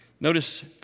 Notice